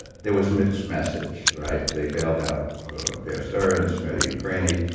ah there was a mixed message, right? they bailed out bear stearns, freddie and fannie,